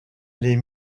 les